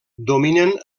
dominen